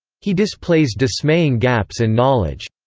he displays dismaying gaps in knowledge.